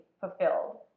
fulfilled